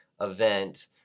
event